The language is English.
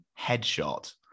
headshot